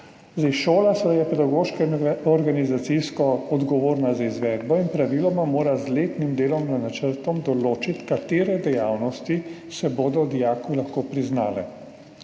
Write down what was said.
Šola je seveda pedagoško in organizacijsko odgovorna za izvedbo in praviloma mora z letnim delovnim načrtom določiti, katere dejavnosti se bodo lahko priznale